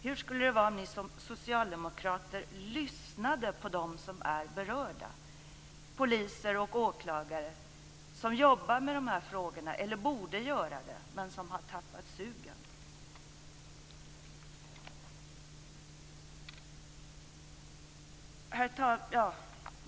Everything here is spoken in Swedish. Hur skulle det vara om ni socialdemokrater lyssnade på dem som är berörda, poliser och åklagare som jobbar med de här frågorna eller borde göra det, men som har tappat sugen?